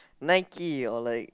Nike or like